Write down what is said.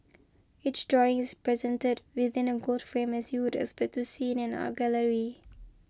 each drawing is presented within a gold frame as you'd expect to see in an art gallery